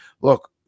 Look